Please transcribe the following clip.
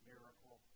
miracle